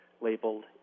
labeled